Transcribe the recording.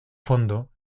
fondo